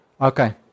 Okay